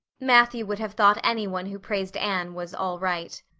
matthew would have thought anyone who praised anne was all right.